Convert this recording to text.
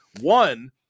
one